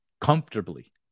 comfortably